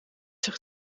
zich